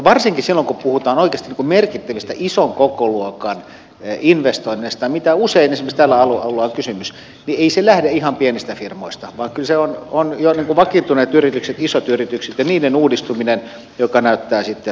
varsinkin silloin kun puhutaan oikeasti merkittävistä ison kokoluokan investoinneista mistä usein esimerkiksi näillä aloilla on kysymys niin ei se lähde ihan pienistä firmoista vaan kyllä ne ovat jo vakiintuneet yritykset isot yritykset ja niiden uudistuminen jotka näyttävät sitten esimerkkiä